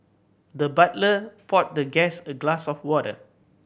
the butler poured the guest a glass of water